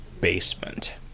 basement